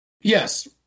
Yes